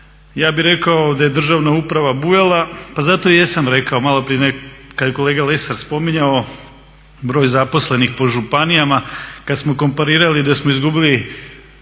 ja bih rekao da je državna uprava bujala pa zato i jesam rekao maloprije kada je kolega Lesar spominjao broj zaposlenih po županijama kada smo komparirali da smo izgubili